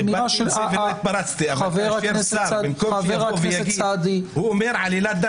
סליחה שהתפרצתי, אבל הוא אומר: עלילת דם.